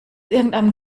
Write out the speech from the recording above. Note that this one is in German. irgendeinem